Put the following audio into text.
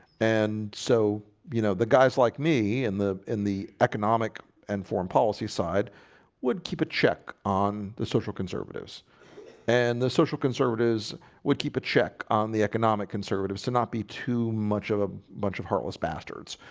and so, you know the guys like me in and the in the economic and foreign policy side would keep a check on the social conservatives and the social conservatives would keep a check on the economic conservatives to not be too much of a bunch of heartless bastards